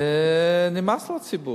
נמאס לציבור.